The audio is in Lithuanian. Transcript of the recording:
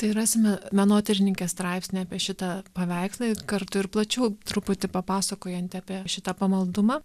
tai rasime menotyrininkės straipsnį apie šitą paveikslą kartu ir plačiau truputį papasakojantį apie šitą pamaldumą